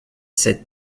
sept